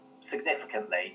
significantly